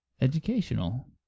Educational